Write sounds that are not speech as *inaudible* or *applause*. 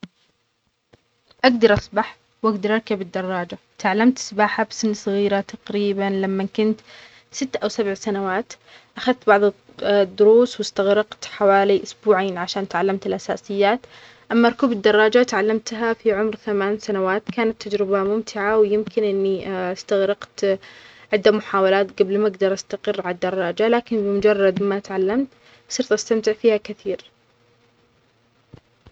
أقدر أسبح وأقدر أركب الدراجة، تعلمت السباحة بسن صغير تقريباً لما كنت ست أو سبع سنوات أخذت بعض الدروس وأستغرقت حوالي أسبوعين عشان تعلمت الأساسيات، أما ركوب الدراجة تعلمتها في عمر ثمان سنوات كانت تجربة ممتعة ويمكن إنى أستغرقت *hesitation* عدة محاولات قبل ما أقدر أستقر عالدراجة، لكن مجرد ما تعلمت صرت أستمتع فيها كثير.